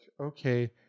okay